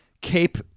cape